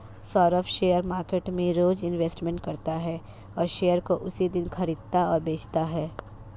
Saurabh share market में रोज investment करता है और शेयर को उसी दिन खरीदता और बेचता है